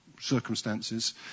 circumstances